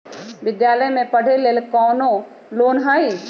विद्यालय में पढ़े लेल कौनो लोन हई?